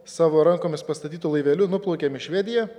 savo rankomis pastatytu laiveliu nuplaukėm į švediją